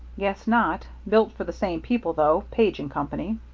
guess not. built for the same people, though, page and company.